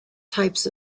types